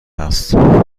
است